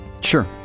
sure